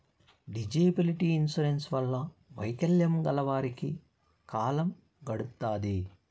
disability insurance వల్ల వైకల్యం గల వారికి కాలం గడుత్తాది